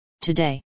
today